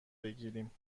بگیریم